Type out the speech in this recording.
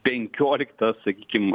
penkioliktą sakykim